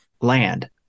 Land